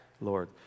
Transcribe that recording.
Lord